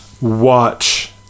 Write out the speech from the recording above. watch